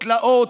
תלאות,